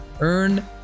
Earn